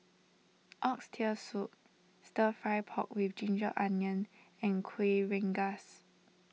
Oxtail Soup Stir Fry Pork with Ginger Onions and Kueh Rengas